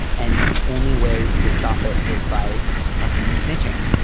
and the only way to stop it is by fuckin snitching.